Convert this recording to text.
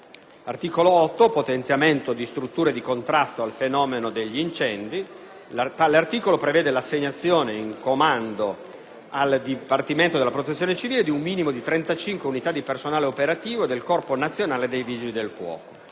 L'articolo 8 (Potenziamento delle strutture di contrasto al fenomeno degli incendi) prevede l'assegnazione in comando al Dipartimento della protezione civile di un minimo di 35 unità di personale operativo, del Corpo nazionale dei Vigili del fuoco.